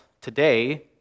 today